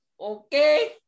okay